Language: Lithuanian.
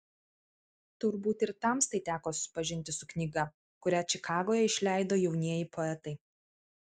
turbūt ir tamstai teko susipažinti su knyga kurią čikagoje išleido jaunieji poetai